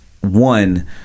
one